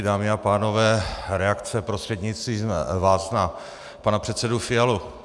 Dámy a pánové, reakce prostřednictvím vás na pana předsedu Fialu.